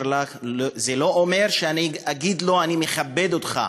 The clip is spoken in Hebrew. זה לא אומר שאני אגיד לו: אני מכבד אותך,